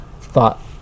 thought